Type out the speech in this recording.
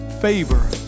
Favor